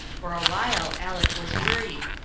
for a while aleck was worried.